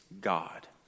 God